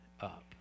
up